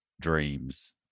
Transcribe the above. dreams